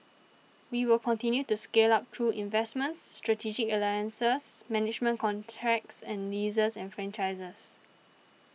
we will continue to scale up through investments strategic alliances management contracts and leases and franchises